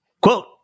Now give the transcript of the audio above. Quote